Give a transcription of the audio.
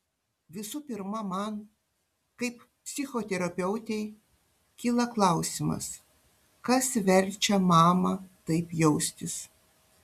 visų pirma man kaip psichoterapeutei kyla klausimas kas verčia mamą taip jaustis